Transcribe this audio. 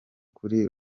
kuri